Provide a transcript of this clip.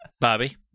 Bobby